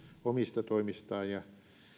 omista toimistaan ja